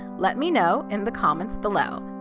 let me know in the comments below.